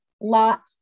lot